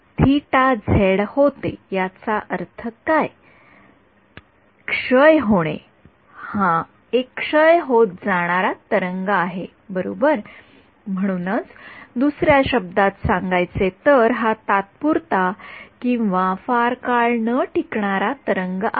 विद्यार्थी क्षय होणे हा एक क्षय होत जाणारा तरंग आहे बरोबर म्हणूनच दुसर्या शब्दांत सांगायचे तर हा तात्पुरता किंवा फार काळ न टिकणारा तरंग आहे